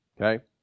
Okay